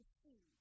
see